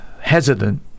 hesitant